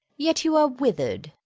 yet you are wither'd.